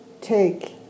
take